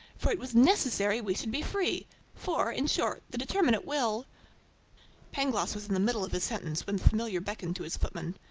for it was necessary we should be free for, in short, the determinate will pangloss was in the middle of his sentence, when the familiar beckoned to his footman,